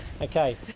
Okay